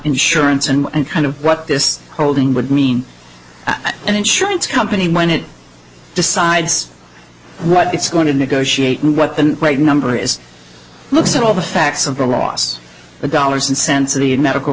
insurance and kind of what this whole thing would mean an insurance company when it decides what it's going to negotiate and what the right number is looks at all the facts of the loss of dollars and cents need medical